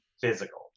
physical